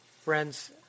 Friends